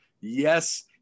Yes